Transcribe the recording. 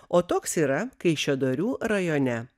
o toks yra kaišiadorių rajone